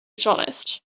dishonest